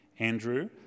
Andrew